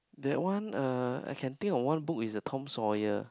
that one uh I can think of one book is the Tom-Sawyer